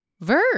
Verb